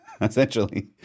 essentially